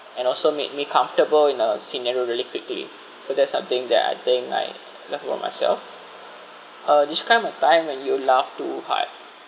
and also make me comfortable in a scenario really quickly so that's something that I think I love about myself uh describe a time when you laughed too hard